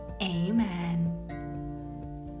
amen